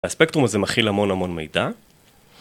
הספקטרום הזה מכיל המון המון מידע.